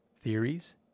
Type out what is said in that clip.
theories